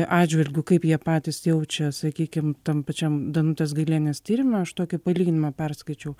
atžvilgiu kaip jie patys jaučia sakykim tam pačiam danutės gailienės tyrime aš tokį palyginimą perskaičiau